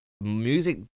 music